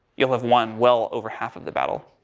you'll have one well over half of the battle,